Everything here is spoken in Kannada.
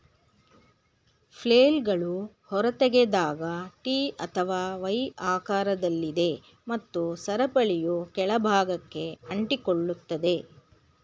ಫ್ಲೇಲ್ಗಳು ಹೊರತೆಗೆದಾಗ ಟಿ ಅಥವಾ ವೈ ಆಕಾರದಲ್ಲಿದೆ ಮತ್ತು ಸರಪಳಿಯು ಕೆಳ ಭಾಗಕ್ಕೆ ಅಂಟಿಕೊಳ್ಳುತ್ತದೆ